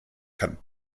kann